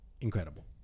incredible